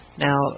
Now